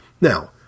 Now